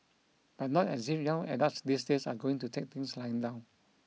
and not as if young adults these days are going to take things lying down